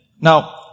Now